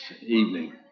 evening